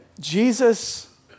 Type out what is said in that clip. Jesus